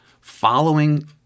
following